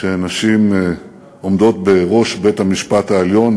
שנשים עומדות בראש בית-המשפט העליון,